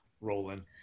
rolling